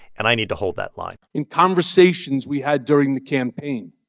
and i need to hold that line in conversations we had during the campaign,